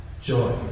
Joy